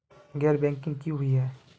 गैर बैंकिंग की हुई है?